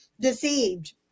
deceived